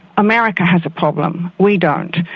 america has a problem, we don't.